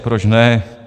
Proč ne?